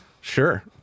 Sure